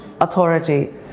authority